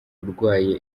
urwaye